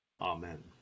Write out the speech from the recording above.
Amen